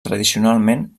tradicionalment